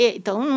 então